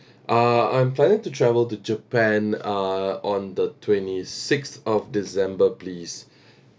uh I'm planning to travel to japan uh on the twenty six of december please